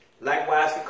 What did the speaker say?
Likewise